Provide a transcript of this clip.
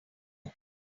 more